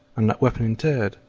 and that weapon interred,